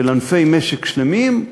של ענפי משק שלמים,